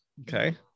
Okay